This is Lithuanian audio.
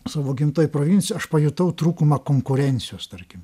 savo gimtoj provincijo aš pajutau trūkumą konkurencijos tarkim